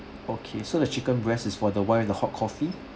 okay so the chicken breast is for the one with the hot coffee